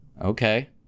Okay